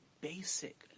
basic